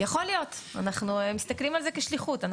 יכול להיות, אנחנו מסתכלים על זה כשליחות,